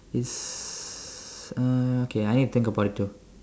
is uh okay I need to think about it too